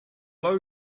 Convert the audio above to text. low